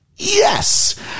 yes